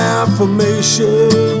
affirmation